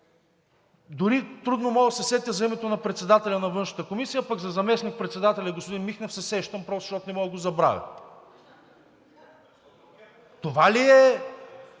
дори трудно мога да се сетя за името на председателя на Външната комисия, а пък за заместник-председателя господин Михнев се сещам просто защото не мога да го забравя. (Оживление.)